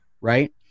right